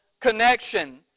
connection